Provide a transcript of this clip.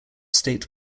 state